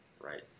Right